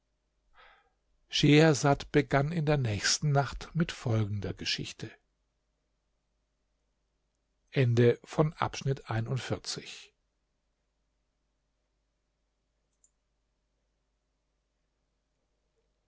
schehersad begann in der nächsten nacht mit folgender geschichte